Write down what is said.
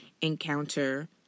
encounter